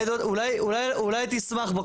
אולי תשמח בו,